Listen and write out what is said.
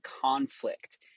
conflict